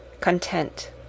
content